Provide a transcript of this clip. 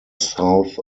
south